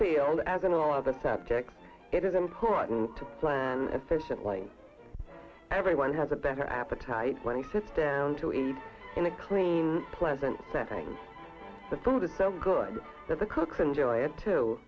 field as in all of the subjects it is important to plan efficiently everyone has a better appetite when he sits down to eat in a clean pleasant setting the food is so good that the cooks enjoy it to